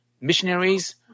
missionaries